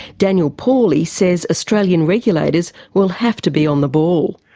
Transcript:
daniel pauly says australian regulators will have to be on the ball.